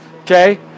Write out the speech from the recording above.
okay